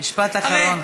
משפט אחרון,